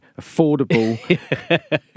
Affordable